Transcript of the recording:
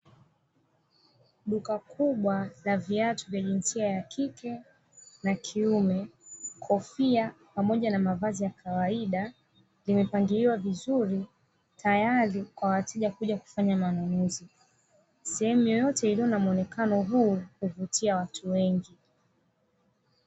Duka kubwa la viatu vya jinsia ya kike na kiume, kofia pamoja na mavazi ya kawaida, vimepangiliwa vizuri, tayari kwa wateja kuja kufanya manunuzi. Sehemu yoyote iliyo na muonekano huu huvutia watu wengi.